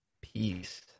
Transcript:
Peace